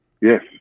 Yes